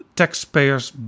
taxpayers